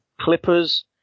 Clippers